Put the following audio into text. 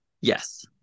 Yes